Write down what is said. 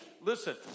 listen